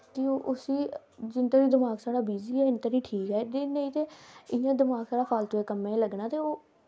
ते उसी जिन्ने धोड़ी दमाक साढ़ा बिजी ऐ इन्ने धोड़ी ठीक ऐ नेंई ते इयां दमाक साढ़ा फालतू दे कम्मे च लग्गना ते